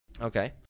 Okay